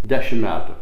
dešim metų